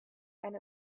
and